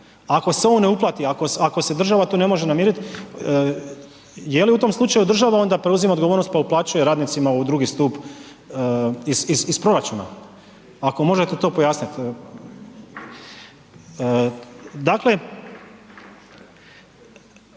ako se on ne uplati, ako se država tu ne može namirit, je li u tom slučaju država onda preuzima odgovornost, pa uplaćuje radnicima u drugi stup iz, iz, iz proračuna? Ako možete to pojasnit.